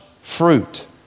fruit